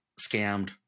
scammed